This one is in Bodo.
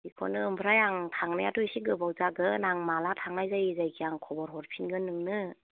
बेखौनो ओमफ्राय आं थांनायाथ' एसे गोबाव जागोन आं माब्ला थांनाय जायो जायखिजाया आं खबर हरफिनगोन नोंनो